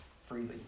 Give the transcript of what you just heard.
freely